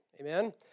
amen